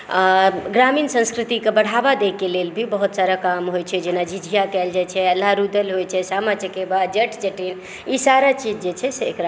आर ग्रामीण संस्कृतिकेँ बढ़ावा दै के लेल भी बहुत सारा काम होइ छै जेना झिझिया कयल जाइ छै आल्हा रूदल होइ छै सामा चकेवा जट जटिन ई सारा चीज जे छै से एकरा